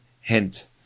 hint